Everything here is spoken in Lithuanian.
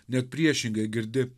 net priešingai girdi